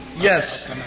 Yes